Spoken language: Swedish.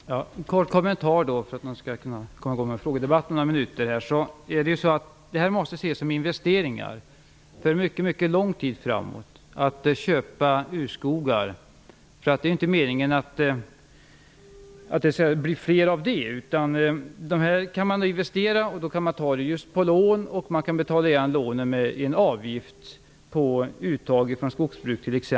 Fru talman! Låt mig bara göra en kort kommentar för att vi skall kunna komma i gång med frågedebatten om några minuter. Att köpa urskogar måste ses som investeringar för mycket lång tid framåt. Det är inte meningen att det skall bli fler. Detta är investeringar som man kan ta lån för att betala. Man kan t.ex. betala igen lånen med en avgift som tas ut från skogsbruket.